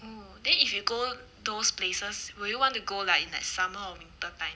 oh then if you go those places would you want to go like in like summer or winter time